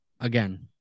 again